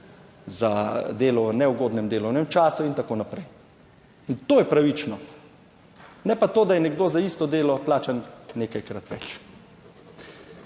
za delo v neugodnem delovnem času in tako naprej, in to je pravično. Ne pa to, da je nekdo za isto delo plačan nekajkrat več.